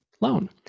loan